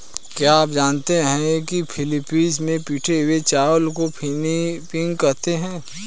क्या आप जानते हैं कि फिलीपींस में पिटे हुए चावल को पिनिपिग कहते हैं